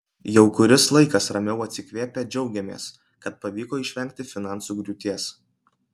jau kuris laikas ramiau atsikvėpę džiaugiamės kad pavyko išvengti finansų griūties